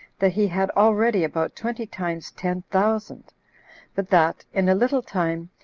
that he had already about twenty times ten thousand but that, in a little time,